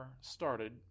started